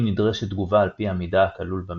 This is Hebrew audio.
אם נדרשת תגובה על פי המידע הכלול במסר.